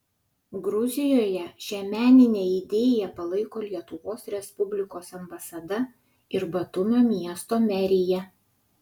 gruzijoje šią meninę idėją palaiko lietuvos respublikos ambasada ir batumio miesto merija